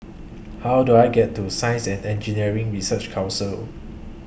How Do I get to Science and Engineering Research Council